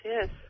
Yes